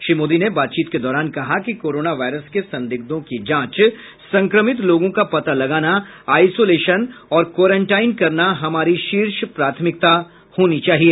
श्री मोदी ने बातचीत के दौरान कहा कि कोरोना वायरस के संदिग्धों की जांच संक्रमित लोगों का पता लगाना आइसोलेशन और क्वारेनटाइन करना हमारी शीर्ष प्राथमिकता होनी चाहिए